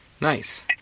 Nice